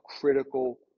critical